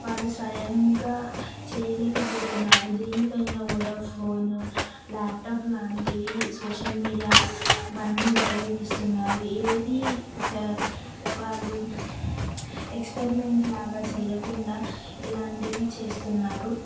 వాళ్ళు స్వయంగా చేయలేక పోతున్నారు దేనికైనా కూడా ఫోన్ లాప్టాప్ లాంటివి సోషల్ మీడియా వన్ని ఉపయోగిస్తున్నారు ఏది వాళ్ళు ఎక్స్పెరిమెంట్ లాగా చేయకుండా ఇలాంటివి చేస్తున్నారు